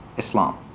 islam.